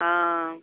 ஆ